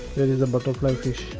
there is a butterfly fish.